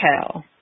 tell